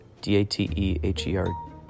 D-A-T-E-H-E-R